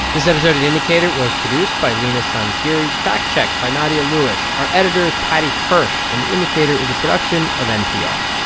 this episode of the indicator was produced by leena sanzgiri, fact-checked by nadia lewis. our editor is paddy hirsch. and the indicator is a production of npr